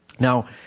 Now